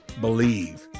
Believe